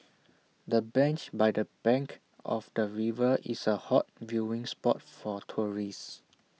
the bench by the bank of the river is A hot viewing spot for tourists